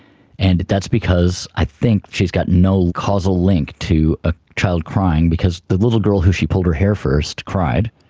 and that's because i think she's got no causal link to a child crying, because the little girl who she pulled her hair first cried,